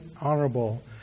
honorable